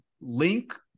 Link